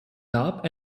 top